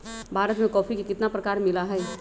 भारत में कॉफी के कितना प्रकार मिला हई?